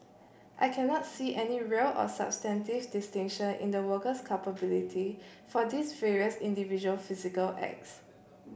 I cannot see any real or substantive distinction in the worker's culpability for these various individual physical acts